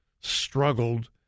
struggled